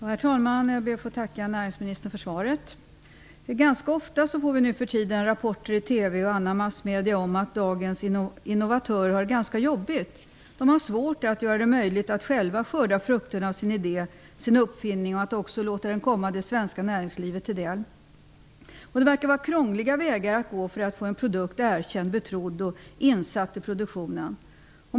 Herr talman! Jag ber att få tacka näringsministern för svaret. Ganska ofta får vi nu för tiden rapporter i TV och i andra massmedier om att dagens innovatörer har det rätt jobbigt. De har svårt att själva skörda frukterna av sin idé eller sin uppfinning liksom även att låta den komma det svenska näringslivet till del. Det verkar att vara krångliga vägar att gå för att få en produkt erkänd, betrodd och insatt i produktionen.